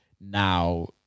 now